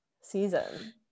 season